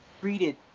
treated